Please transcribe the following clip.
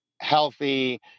healthy